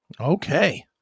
Okay